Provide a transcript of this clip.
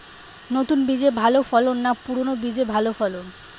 নতুন বীজে ভালো ফলন না পুরানো বীজে ভালো ফলন?